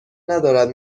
ندارد